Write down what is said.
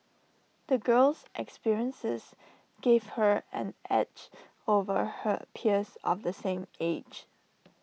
the girl's experiences gave her an edge over her peers of the same age